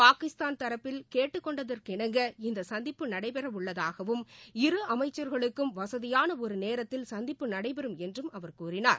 பாகிஸ்தான் தரப்பில் கேட்டுக்கொண்டதற்கிணங்க இந்த சந்திப்பு நடைபெறவுள்ளதாகவும் இரு அமைச்சர்களுக்கும் வசதியான ஒரு நேரத்தில் சந்திப்பு நடைபெறும் என்றும் அவர் கூறினார்